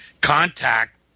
contact